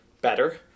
better